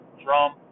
drum